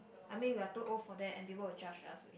I mean we're too old for that and people will judge us